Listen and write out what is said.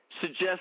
suggest